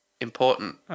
important